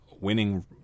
Winning